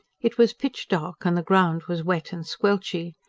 it was pitch-dark, and the ground was wet and squelchy.